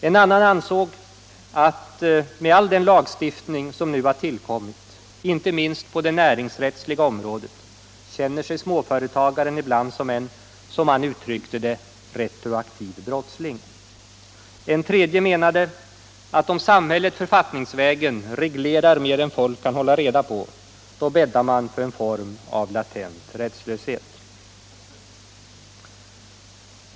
En annan ansåg att med all den lagstiftning som nu har tillkommit, inte minst på det näringsrättsliga området, känner sig småföretagaren ibland som en — som han uttryckte det — retroaktiv brottsling. En tredje menade att om samhället författningsvägen reglerar mer än folk kan hålla reda på, då bäddar man för en latent rättslöshet.